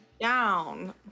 Down